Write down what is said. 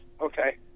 Okay